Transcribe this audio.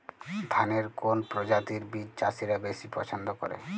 ধানের কোন প্রজাতির বীজ চাষীরা বেশি পচ্ছন্দ করে?